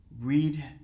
read